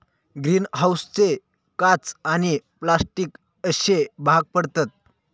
green हाऊसचे काच आणि प्लास्टिक अश्ये भाग पडतत